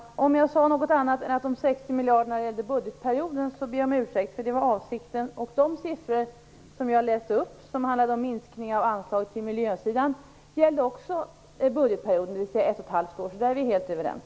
Fru talman! Om jag sade något annat än att de 60 miljarderna gällde budgetperioden, så ber jag om ursäkt, för det var vad jag avsåg. De siffror som jag läste upp, som handlar om minskning av anslag till miljöområdet, gällde också budgetperioden, dvs. ett och ett halvt år. Så där är vi helt överens.